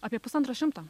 apie pusantro šimto